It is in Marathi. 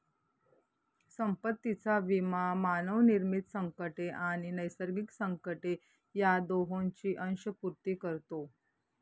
संपत्तीचा विमा मानवनिर्मित संकटे आणि नैसर्गिक संकटे या दोहोंची अंशपूर्ती करतो